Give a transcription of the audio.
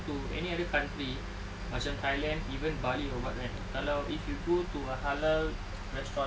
to any other country macam thailand even bali or what kan kalau if you go to a halal restaurant